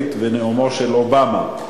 בארצות-הברית ונאומו של אובמה,